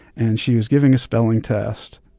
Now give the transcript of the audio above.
and she was giving a spelling test.